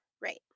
right